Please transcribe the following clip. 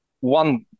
one